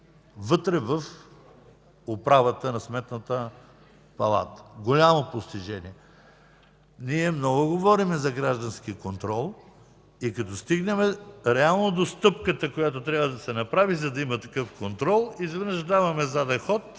вътре в управата на Сметната палата. Голямо постижение! Ние много говорим за граждански контрол и като стигнем реално до стъпката, която трябва да се направи, за да има такъв контрол, изведнъж даваме заден ход